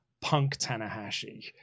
punk-Tanahashi